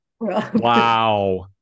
Wow